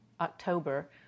October